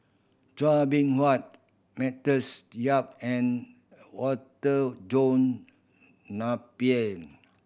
Chua Beng Huat Matthews Yap and Water John Napier